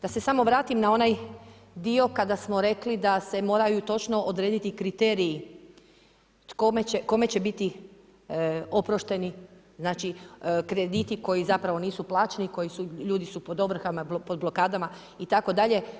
Da se samo vratim na onaj dio kada smo rekli da se moraju točno odrediti kriteriji kome će biti oprošteni, znači krediti koji zapravo nisu plaćeni, koji su, ljudi su pod ovrhama, pod blokadama itd.